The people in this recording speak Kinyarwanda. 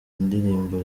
ndirimbo